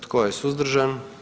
Tko je suzdržan?